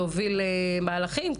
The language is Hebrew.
להוביל מהלכים,